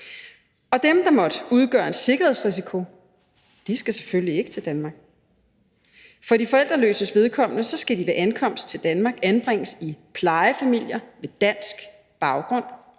Og dem, der måtte udgøre en sikkerhedsmæssig risiko, skal selvfølgelig ikke til Danmark. For de forældreløses vedkommende skal de ved ankomsten til Danmark anbringes i plejefamilier med dansk baggrund.